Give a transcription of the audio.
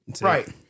Right